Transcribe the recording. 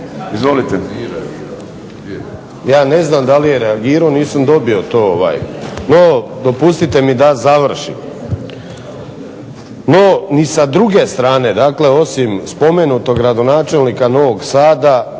(HDSSB)** Ja ne znam da li je reagirao, nisam dobio to, no dopustite mi da završim. No ni sa druge strane, dakle osim spomenutog gradonačelnika Novog Sada